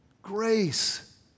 Grace